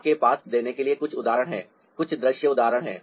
आपके पास देने के लिए कुछ उदाहरण हैं कुछ दृश्य उदाहरण हैं